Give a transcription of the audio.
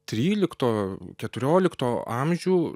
trylikto keturiolikto amžių